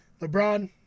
LeBron